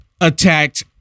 attacked